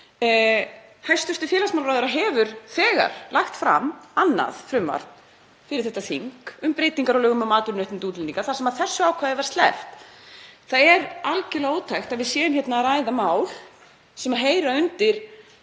Hæstv. félagsmálaráðherra hefur þegar lagt fram annað frumvarp fyrir þetta þing um breytingar á lögum um atvinnuréttindi útlendinga þar sem þessu ákvæði var sleppt. Það er algjörlega ótækt að við séum að ræða mál sem heyra undir